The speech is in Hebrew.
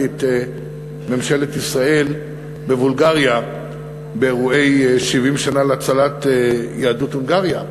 את ממשלת ישראל בבולגריה באירועי 70 שנה להצלת יהדות בולגריה.